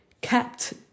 kept